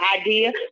idea